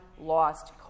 lost